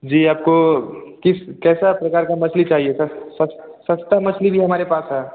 जी आपको किस कैसी प्रकार की मछली चाहिए सस्ता मछली भी हमारे पास है